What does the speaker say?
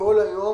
כל היום